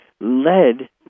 led